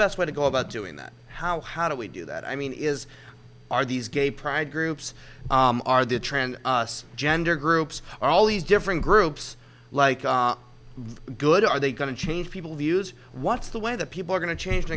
best way to go about doing that how how do we do that i mean is are these gay pride groups are the trend us gender groups are all these different groups like good are they going to change people's views what's the way that people are going to change